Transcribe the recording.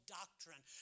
doctrine